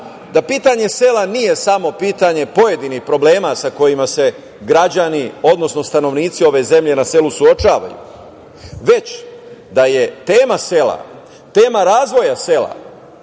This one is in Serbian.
da pitanje sela nije samo pitanje pojedinih problema sa kojima se građani, odnosno stanovnici ove zemlje na selu suočavaju, već da je tema sela, tema razvoja sela